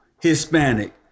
Hispanic